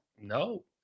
no